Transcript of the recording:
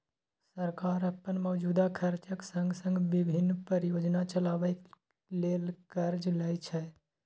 सरकार अपन मौजूदा खर्चक संग संग विभिन्न परियोजना चलाबै ले कर्ज लै छै